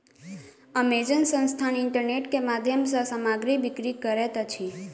Amazon संस्थान internet के माध्यम सॅ सामग्री बिक्री करैत अछि